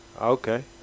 Okay